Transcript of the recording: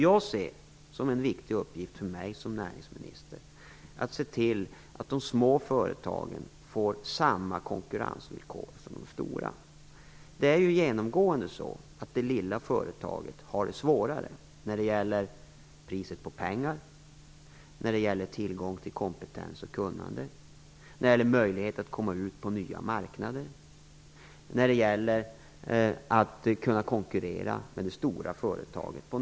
Jag ser som en viktig uppgift för mig som näringsminister att se till att de små företagen får samma konkurrensvillkor som de stora. Det är genomgående så att det lilla företaget har större svårigheter med priset på pengar, med tillgång till kompetens och kunnande, med möjlighet att komma ut på nya marknader och på nästan varje område med att konkurrera med det stora företaget.